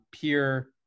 peer